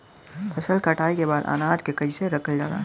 फसल कटाई के बाद अनाज के कईसे रखल जाला?